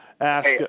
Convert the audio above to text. ask